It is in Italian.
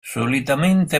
solitamente